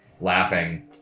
laughing